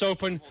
Open